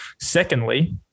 Secondly